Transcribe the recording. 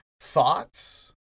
thoughts